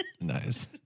Nice